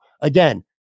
Again